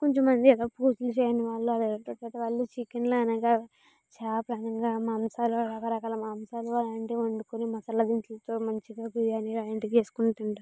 కొంతమంది చికెన్లు అనగా చేప అనగా ఇలాంటి మాంసాలు రకరకాల మాంసాలు వండుకొని మసాలా దినుసులతో మంచిగా బిర్యానీ అలాంటివి చేసుకొని తింటారు